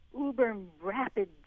uber-rapid